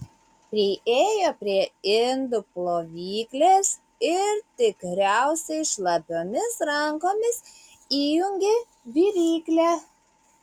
priėjo prie indų plovyklės ir tikriausiai šlapiomis rankomis įjungė viryklę